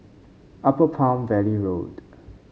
Upper Palm Valley Road